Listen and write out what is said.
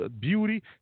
beauty